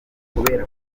kubera